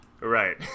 right